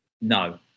No